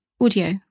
audio